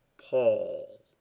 Paul